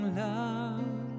love